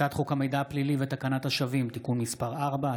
הצעת חוק המידע הפלילי ותקנת השבים (תיקון מס' 4),